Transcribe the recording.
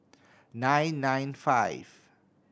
nine nine five